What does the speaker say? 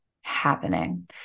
happening